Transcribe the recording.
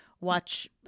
watch